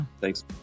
Thanks